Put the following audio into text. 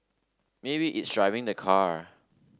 maybe it's driving the car